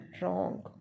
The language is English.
wrong